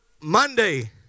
Monday